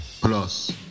plus